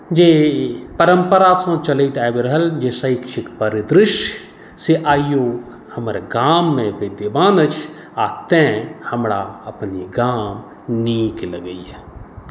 जे ई परम्परासँ चलैत आबि रहल जे शैक्षिक परिदृश्य से आइयो हमर गाममे विद्यमान अछि आ तेँ हमरा अपन ई गाम नीक लगैये